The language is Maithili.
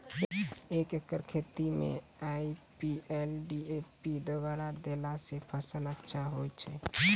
एक एकरऽ खेती मे आई.पी.एल डी.ए.पी दु बोरा देला से फ़सल अच्छा होय छै?